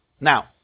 Now